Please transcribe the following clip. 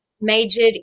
majored